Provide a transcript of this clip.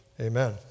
Amen